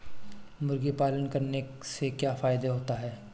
मुर्गी पालन करने से क्या फायदा होता है?